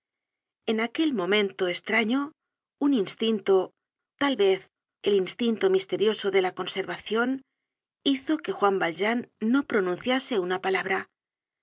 en aquel momento estraño un instinto tal vez el instinto misterioso de la conservacion hizo que juan yaljean no pronunciase una palabra